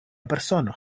persono